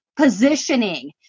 positioning